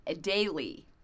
daily